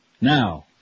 Now